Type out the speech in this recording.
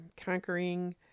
Conquering